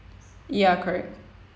ya correct